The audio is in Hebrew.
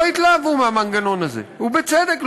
לא התלהבו מהמנגנון הזה, ובצדק.